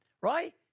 right